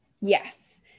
Yes